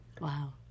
Wow